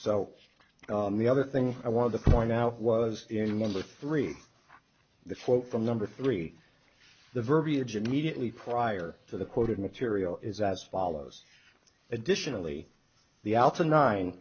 so the other thing i wanted to point out was in one of the three that flow from number three the verbiage immediately prior to the quoted material is as follows additionally the alpha nine